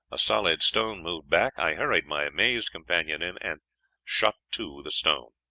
a solid stone moved back, i hurried my amazed companion in, and shut to the stone.